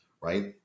right